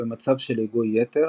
ובמצב של היגוי יתר,